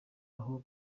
aho